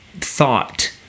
thought